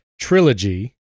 trilogy